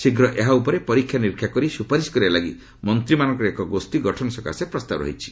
ଶୀଘ୍ର ଏହା ଉପରେ ପରୀକ୍ଷା ନିରୀକ୍ଷା କରି ସୁପାରିସ୍ କରିବା ଲାଗି ମନ୍ତ୍ରୀମାନଙ୍କର ଏକ ଗୋଷୀ ଗଠନ ସକାଶେ ପ୍ରସ୍ତାବ ରହିଛି